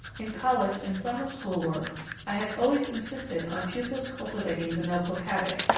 in college and summer-school work i have always insisted on pupils cultivating the notebook habit,